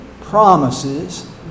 promises